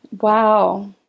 Wow